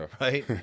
Right